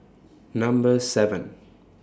Number seven